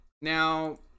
Now